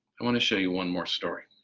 i want to show you one more story.